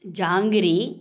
jangiri